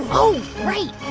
oh, right.